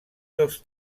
dos